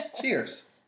Cheers